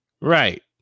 Right